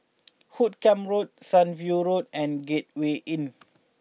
Hoot Kiam Road Sunview Road and Gateway Inn